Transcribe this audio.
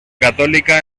católica